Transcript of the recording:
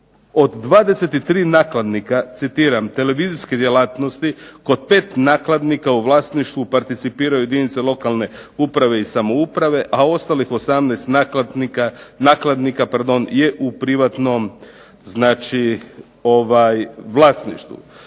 Od 23 nakladnika, citiram televizijske djelatnosti kod 5 nakladnika u vlasništvu participiraju jedinice lokalne uprave i samouprave, a ostalih 18 nakladnika pardon je u privatnom, znači vlasništvu.